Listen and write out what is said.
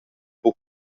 buca